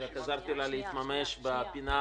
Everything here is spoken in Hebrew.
רק עזרתי לה להתממש בפינה.